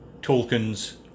Tolkien's